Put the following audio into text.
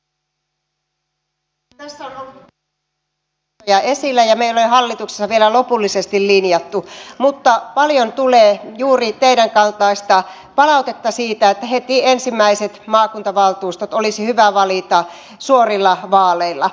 tässä on ollut useampia vaihtoehtoja esillä emmekä me ole hallituksessa vielä lopullisesti linjanneet mutta paljon tulee juuri teidän esittämänne kaltaista palautetta siitä että heti ensimmäiset maakuntavaltuustot olisi hyvä valita suorilla vaaleilla